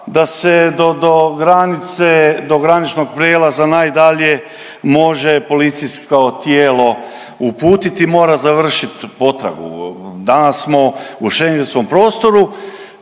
granice, do graničnog prijelaza najdalje može policijsko tijelo uputiti, mora završit potragu. Danas smo u schengentskom prostoru